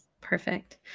Perfect